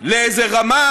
לאיזה רמה,